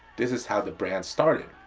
this is how the brand started.